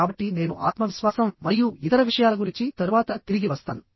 కాబట్టి నేను ఆత్మవిశ్వాసం మరియు ఇతర విషయాల గురించి తరువాత తిరిగి వస్తాను